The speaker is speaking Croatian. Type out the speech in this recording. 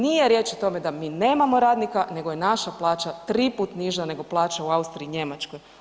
Nije riječ o tome da mi nemamo radnika, nego je naša plaća 3 puta niža nego plaća u Austriji i Njemačkoj.